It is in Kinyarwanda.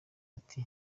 ati